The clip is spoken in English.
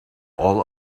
all